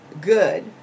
good